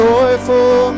Joyful